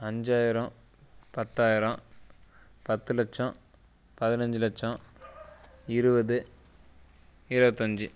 அஞ்சாயிரம் பத்தாயிரம் பத்து லட்சம் பதினஞ்சு லட்சம் இருபது இருவத்தஞ்சு